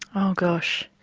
oh gosh.